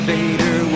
Vader